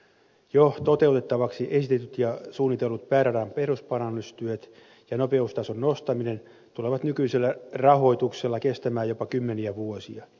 jo toteutettavaksi esitetyt ja suunnitellut pääradan perusparannustyöt ja nopeustason nostaminen tulevat nykyisellä rahoituksella kestämään jopa kymmeniä vuosia